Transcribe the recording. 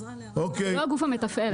זה לא הגוף המתפעל.